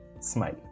smile